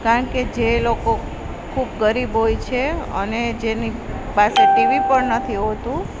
કારણ કે જે લોકો ગરીબ હોય છે અને જેની પાસે ટીવી પણ નથી હોતું